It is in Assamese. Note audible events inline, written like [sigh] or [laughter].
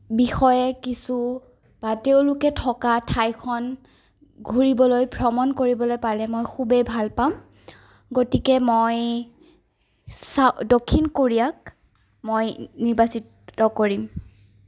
বিষয়ে কিছু বা তেওঁলোকে থকা ঠাইখন ঘূৰিবলৈ ভ্ৰমণ কৰিবলৈ পালে মই খুবেই ভাল পাম গতিকে মই চা [unintelligible] দক্ষিণ কোৰিয়াক মই নিৰ্বাচিত কৰিম